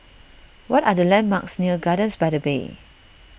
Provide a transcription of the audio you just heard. what are the landmarks near Gardens by the Bay